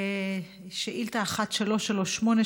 שאילתה מס' 1338,